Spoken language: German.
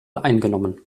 eingenommen